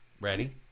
Ready